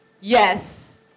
yes